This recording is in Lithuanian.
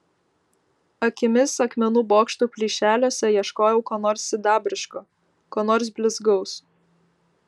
akimis akmenų bokštų plyšeliuose ieškojau ko nors sidabriško ko nors blizgaus